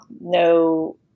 no